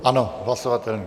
Ano, hlasovatelný.